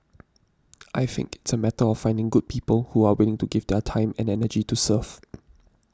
I think it's a matter of finding good people who are willing to give their time and energy to serve